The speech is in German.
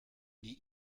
die